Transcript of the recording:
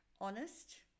honest